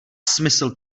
smysl